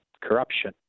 corruption